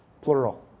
plural